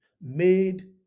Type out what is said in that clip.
made